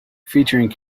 featuring